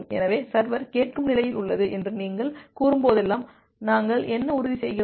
எனவே சர்வர் கேட்கும் நிலையில் உள்ளது என்று நீங்கள் கூறும்போதெல்லாம் நாங்கள் என்ன உறுதி செய்கிறோம்